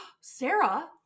Sarah